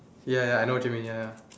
ya ya ya I know what you mean ya ya